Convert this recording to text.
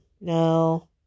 no